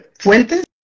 fuentes